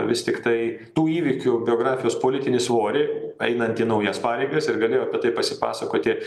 vis tiktai tų įvykių biografijos politinį svorį einant į naujas pareigas ir galėjo apie tai pasipasakoti